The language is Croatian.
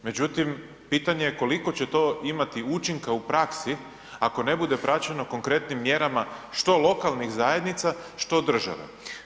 Međutim, pitanje je koliko će to imati učinka u praksi ako ne bude praćeno konkretnim mjerama što lokalnih zajednica, što države.